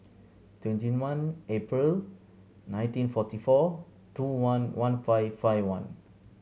twenty one April nineteen forty four two one one five five one